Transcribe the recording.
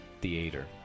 theater